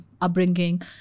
upbringing